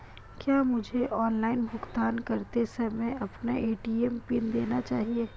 क्या मुझे ऑनलाइन भुगतान करते समय अपना ए.टी.एम पिन देना चाहिए?